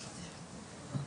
תודה.